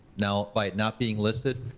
now, by it not being listed,